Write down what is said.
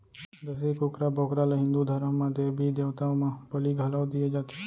देसी कुकरा, बोकरा ल हिंदू धरम म देबी देवता म बली घलौ दिये जाथे